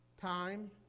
time